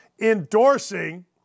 endorsing